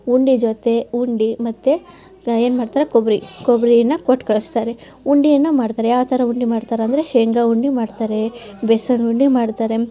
ಉಂಡಿ ಜೊತೆ ಉಂಡಿ ಮತ್ತು ಏನು ಮಾಡ್ತಾರೆ ಕೊಬ್ಬರಿ ಕೊಬ್ಬರಿನಾ ಕೊಟ್ಟು ಕಳಿಸ್ತಾರೆ ಉಂಡಿಯನ್ನು ಮಾಡ್ತಾರೆ ಯಾವ ಥರ ಉಂಡಿ ಮಾಡ್ತಾರೆಂದರೆ ಶೇಂಗಾ ಉಂಡಿ ಮಾಡ್ತಾರೆ ಬೇಸನ್ ಉಂಡಿ ಮಾಡ್ತಾರೆ